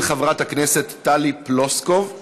של חברת הכנסת טלי פלוסקוב.